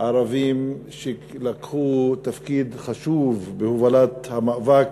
ערבים שלקחו תפקיד חשוב בהובלת המאבק